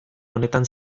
honetan